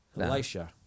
Elisha